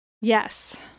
yes